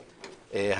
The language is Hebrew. קדימה.